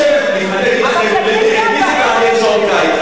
אבל כשאני אגיע בערב יש עוד אור,